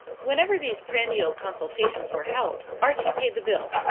whenever these prandial consultations were held, archie paid the bill.